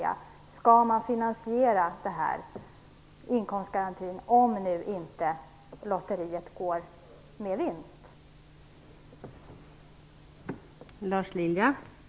Hur skall man finansiera inkomstgarantin om inte lotteriet går med vinst, Lars